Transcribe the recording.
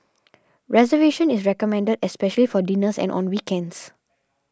reservation is recommended especially for dinners and on weekends